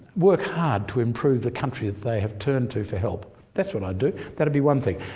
work hard to improve the country that they have turned to for help. that's what i'd do. that'll be one thing.